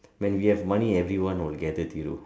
when we have money everyone will gather Thiru